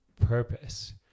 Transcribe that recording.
purpose